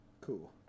Cool